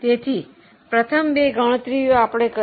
તેથી પ્રથમ બે ગણતરીઓ આપણે કરી